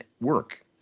work